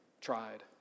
tried